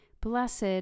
Blessed